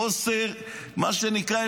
מה שנקרא,